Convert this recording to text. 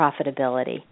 profitability